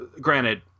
Granted